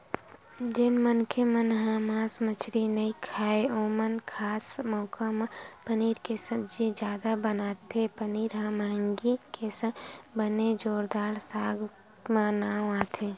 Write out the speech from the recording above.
जेन मनखे मन ह मांस मछरी नइ खाय ओमन खास मउका म पनीर के सब्जी जादा बनाथे पनीर ह मंहगी के संग बने जोरदार साग म नांव आथे